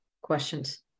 questions